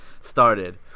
started